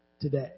today